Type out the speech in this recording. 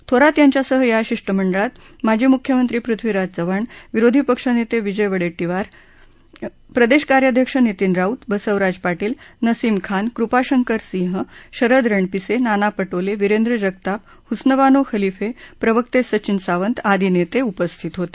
थोरात यांच्यासह या शिष्टमंडळात माजी मुख्यमंत्री पृथ्वीराज चव्हाण विरोधी पक्ष नेते विजय वडेट्टीवार प्रदेश कार्याध्यक्ष नितीन राऊत बसवराज पाटील नसीम खान कृपाशंकर सिंह शरद रणपिसे नाना पटोले विरेंद्र जगताप हुस्नबानो खलिफे प्रवक्ते सचिन सावंत आदि नेते उपस्थित होते